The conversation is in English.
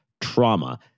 trauma